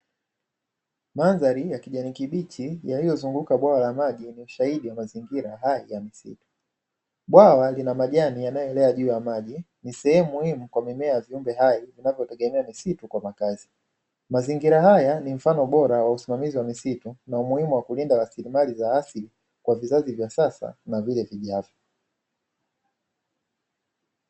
Mandhari ya kijani kibichi yaliyozunguka bwawa la maji ni ushahidi wa mazingira hai ya msitu. Bwawa lina majani yanayoelea juu ya maji ni sehemu muhimu kwa mimea ya viumbe hai kutegemea misitu kwa makazi. Mazingira haya ni mfano bora wa usimamizi wa misitu na umuhimu wa kulinda rasilimali za asili kwa vizazi vya sasa na vile vijavyo.